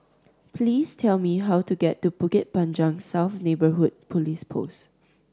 please tell me how to get to Bukit Panjang South Neighbourhood Police Post